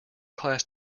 class